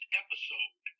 episode